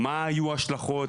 מה היו ההשלכות.